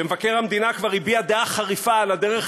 ומבקר המדינה כבר הביע דעה חריפה על הדרך